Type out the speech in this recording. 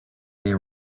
they